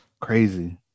crazy